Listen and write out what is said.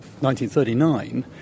1939